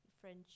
French